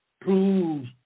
proves